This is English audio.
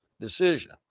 decision